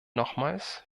nochmals